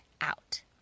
out